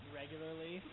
regularly